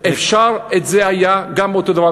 אפשר היה גם אותו הדבר,